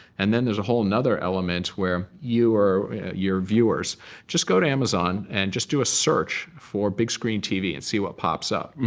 and then there's a whole another element where you or your viewers just go to amazon and just do a search for a big screen tv and see what pops up.